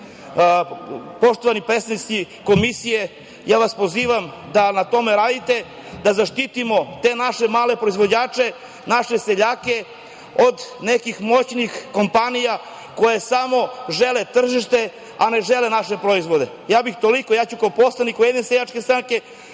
poštovani predstavnici Komisije, ja vas pozivam da na tome radite, da zaštitimo te naše male proizvođače, naše seljake od nekih moćnih kompanija koje samo žele tržište, a ne žele naše proizvode. Ja bih toliko. Kao poslanik Ujedinjene seljačke stranke